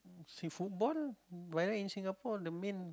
see football whether in Singapore or the main